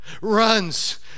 Runs